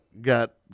got